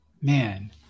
Man